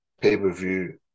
Pay-per-view